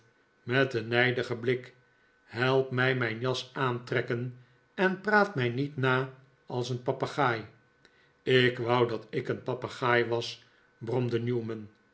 met een nijdigen blik help mij mijn jas aantrekken en praat mij niet na als een papegaai ik wou dat ik een papegaai was bromde newman